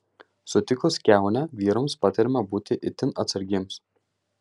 sutikus kiaunę vyrams patariama būti itin atsargiems